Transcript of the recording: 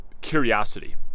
curiosity